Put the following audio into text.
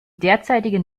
derzeitigen